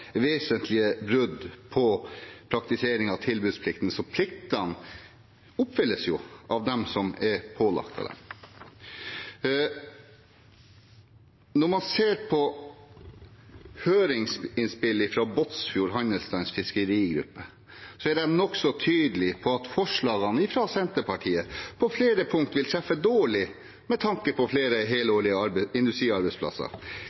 tilbudsplikten. Så pliktene oppfylles jo av dem som er pålagt dem. Når man ser på høringsinnspill fra Båtsfjord Handelsstands Fiskerigruppe, er de nokså tydelige på at forslagene fra Senterpartiet på flere punkter vil treffe dårlig med tanke på flere